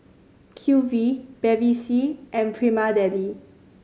Q V Bevy C and Prima Deli